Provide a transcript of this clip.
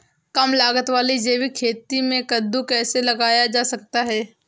कम लागत वाली जैविक खेती में कद्दू कैसे लगाया जा सकता है?